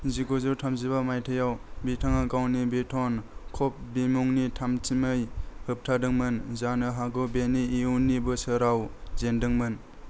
जिगुजौ थामजिबा मायथाइआव बिथाङा गावनि बेथन कप बिमुंनि थामथिमै होबथादोंमोन जानो हागौ बेनि इयुननि बोसोराव जेनदोंमोन